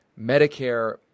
Medicare